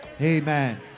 amen